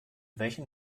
welchen